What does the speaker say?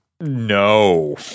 No